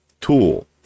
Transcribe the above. tool